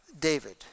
David